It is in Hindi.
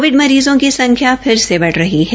कोविड मरीजों की संख्या फिर से बढ़ रही है